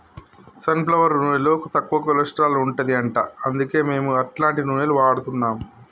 sun flower నూనెలో తక్కువ cholesterol ఉంటది అంట అందుకే మేము అట్లాంటి నూనెలు వాడుతున్నాం